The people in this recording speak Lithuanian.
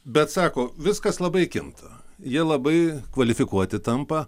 bet sako viskas labai kinta jie labai kvalifikuoti tampa